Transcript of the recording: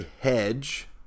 hedge